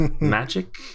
magic